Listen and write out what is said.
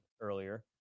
earlier